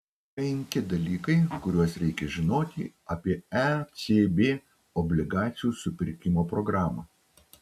penki dalykai kuriuos reikia žinoti apie ecb obligacijų supirkimo programą